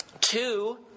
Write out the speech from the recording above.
Two